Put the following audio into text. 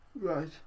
Right